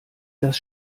das